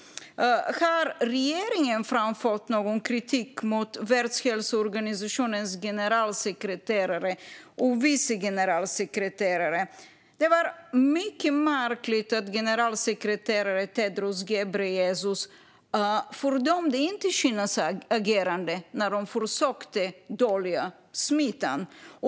Har regeringen framfört någon kritik mot Världshälsoorganisationens generalsekreterare och vice generalsekreterare? Det var mycket märkligt att generalsekreteraren Tedros Ghebreyesus inte fördömde Kinas agerande när de försökte dölja smittan.